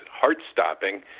heart-stopping